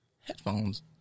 headphones